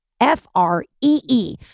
F-R-E-E